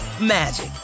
magic